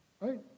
Right